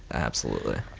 absolutely.